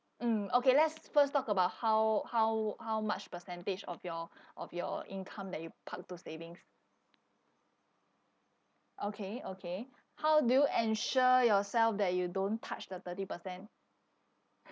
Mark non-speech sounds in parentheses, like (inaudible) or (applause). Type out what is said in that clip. mm okay let's first talk about how how how much percentage of your (breath) of your income that you park to savings okay okay how do you ensure yourself that you don't touch the thirty percent